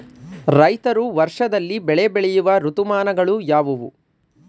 ರೈತರು ವರ್ಷದಲ್ಲಿ ಬೆಳೆ ಬೆಳೆಯುವ ಋತುಮಾನಗಳು ಯಾವುವು?